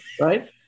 right